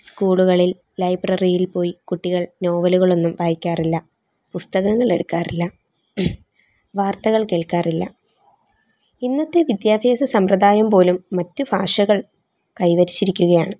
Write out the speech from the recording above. സ്കൂളുകളിൽ ലൈബ്രറിയിൽ പോയി കുട്ടികൾ നോവലുകളൊന്നും വായിക്കാറില്ല പുസ്തകങ്ങൾ എടുക്കാറില്ല വാർത്തകൾ കേൾക്കാറില്ല ഇന്നത്തെ വിദ്യാഭ്യാസ സമ്പ്രദായം പോലും മറ്റു ഭാഷകൾ കൈവരിച്ചിരിക്കുകയാണ്